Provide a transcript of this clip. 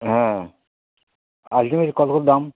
হ্যাঁ আ কত করে দাম